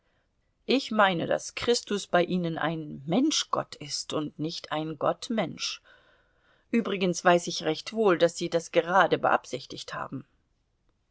ich meine daß christus bei ihnen ein menschgott ist und nicht ein gottmensch übrigens weiß ich recht wohl daß sie das gerade beabsichtigt haben